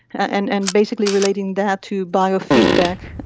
and and basically relating that to biofeedback.